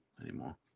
anymore